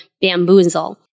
bamboozle